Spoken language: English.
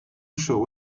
show